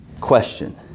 question